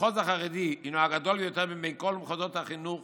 המחוז החרדי הוא הגדול ביותר מבין כל המחוזות החינוך